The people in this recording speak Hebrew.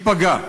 ייפגע.